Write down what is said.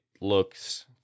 looks